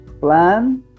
plan